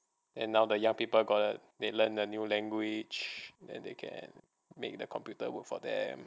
then now the young people got that they learn a new language then they can make the computer work for them